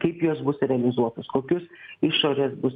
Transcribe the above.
kaip jos bus realizuotos kokius išorės bus